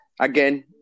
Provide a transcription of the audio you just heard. again